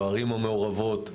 בערים המעורבות,